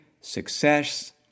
success